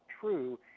true